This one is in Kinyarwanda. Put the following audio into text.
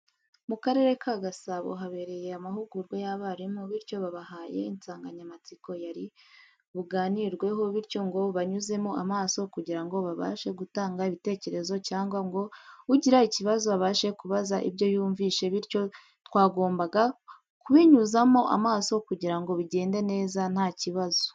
Mu karere ka Gasabo habereye amahugurwa ya barimu bityo babahaye insanganyamatsiko yari buganirweho bityo ngo banyuzemo amaso kugira ngo babashe gutanga ibitekerezo cyangwa ngo ugira ikibazo abashe kubaza ibyo yumvishije bityo twagombaga kubinyuzamo amaso kugira ngo bigende neza nta kibazo.